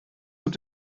habt